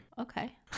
Okay